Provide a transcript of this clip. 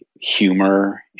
humor